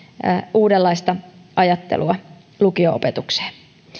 uudenlaista ajattelua lukio opetukseen